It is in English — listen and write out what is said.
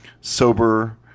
sober